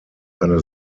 eine